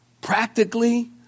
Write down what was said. practically